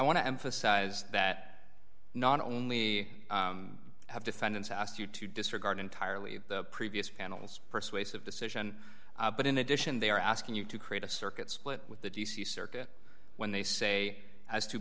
want to emphasize that not only have defendants asked you to disregard entirely the previous panel's persuasive decision but in addition they are asking you to create a circuit split with the d c circuit when they say as to